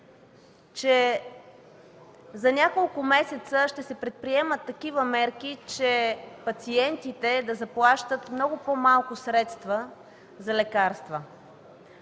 че за няколко месеца ще се предприемат такива мерки, че пациентите да заплащат много по-малко средства за лекарства.